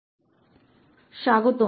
तो आपका स्वागत है